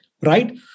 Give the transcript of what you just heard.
right